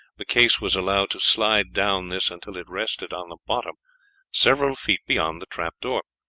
the case was allowed to slide down this until it rested on the bottom several feet beyond the trap-door.